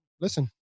listen